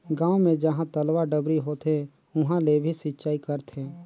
गांव मे जहां तलवा, डबरी होथे उहां ले भी सिचई करथे